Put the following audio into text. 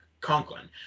Conklin